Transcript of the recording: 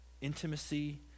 intimacy